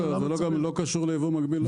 זה גם לא קשור לשאלה אם זה ייבוא מקביל או לא.